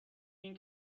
این